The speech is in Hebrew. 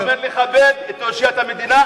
אז אתה אומר לי: כבד את אושיית המדינה,